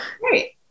Great